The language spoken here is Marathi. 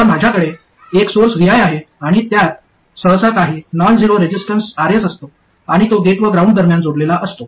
तर माझ्याकडे एक सोर्स vi आहे आणि त्यात सहसा काही नॉन झेरो रेसिस्टन्स Rs असतो आणि तो गेट व ग्राउंड दरम्यान जोडलेला असतो